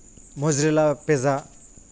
mozzarella pizza